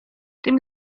tym